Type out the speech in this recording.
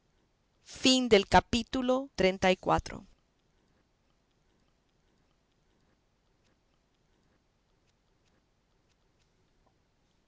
fin del capítulo veinte y